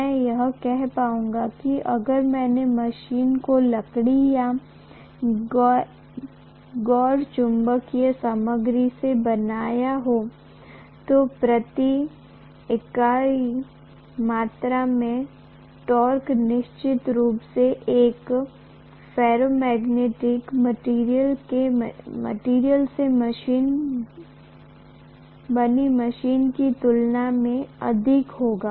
मैं यह कह पाऊंगा कि अगर मैंने मशीन को लकड़ी या गैर चुंबकीय सामग्री से बनाया हो तो प्रति इकाई मात्रा में टॉर्क निश्चित रूप से एक फेरोमैग्नेटिक मटीरियल से बनी मशीन की तुलना में अधिक होगा